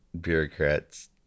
bureaucrats